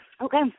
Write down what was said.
Okay